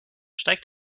steigt